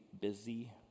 busy